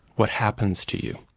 what happens to you.